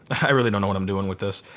i really don't know what i'm doing with this.